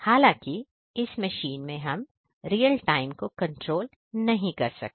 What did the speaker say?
हालांकि इस मशीन में हम रियल टाइम को कंट्रोल नहीं कर सकते